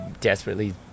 desperately